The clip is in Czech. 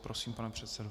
Prosím, pane předsedo.